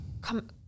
come